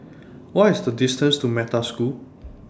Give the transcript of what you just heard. What IS The distance to Metta School